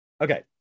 Okay